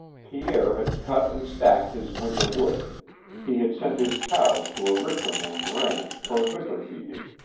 pierre had cut and stacked his winter wood he had sent his cows to a richer man's ranch for winter feeding.